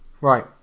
Right